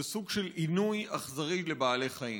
זה סוג של עינוי אכזרי לבעלי חיים,